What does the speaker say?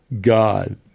God